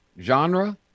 genre